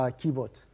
keyboard